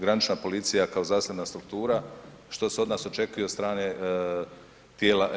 Granična policija kao zasebna struktura, što se od nas očekuje i od strane tijela EU.